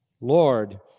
Lord